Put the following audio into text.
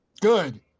good